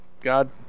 God